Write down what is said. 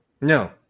No